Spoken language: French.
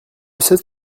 cette